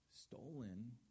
stolen